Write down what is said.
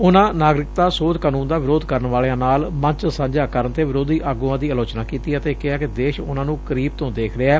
ਉਨਾਂ ਨਾਗਰਿਕਤਾ ਸੋਧ ਕਾਨੰਨ ਦਾ ਵਿਰੋਧ ਕਰਨ ਵਾਲਿਆਂ ਨਾਲ ਮੰਚ ਸਾਂਝਾ ਕਰਨ ਤੇ ਵਿਰੋਧੀ ਆਗੁਆਂ ਦੀ ਆਲੋਚਨਾ ਕੀਤੀ ਅਤੇ ਕਿਹਾ ਕਿ ਦੇਸ਼ ਉਨਾਂ ਨੰ ਕਰੀਬ ਤੋ' ਦੇਖ ਰਿਹੈ